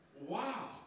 Wow